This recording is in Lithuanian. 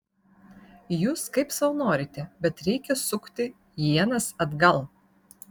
jūs kaip sau norite bet reikia sukti ienas atgal